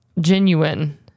genuine